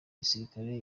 gisirikare